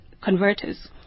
converters